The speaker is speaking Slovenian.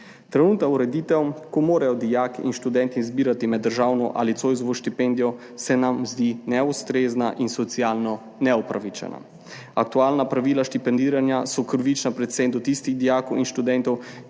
Trenutna ureditev, ko morajo dijaki in študenti zbirati med državno ali Zoisovo štipendijo, se nam zdi neustrezna in socialno neupravičena. Aktualna pravila štipendiranja so krivična predvsem do tistih dijakov in študentov,